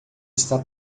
está